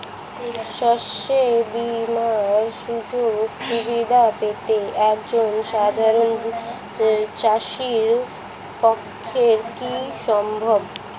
শস্য বীমার সুযোগ সুবিধা পেতে একজন সাধারন চাষির পক্ষে কি সম্ভব?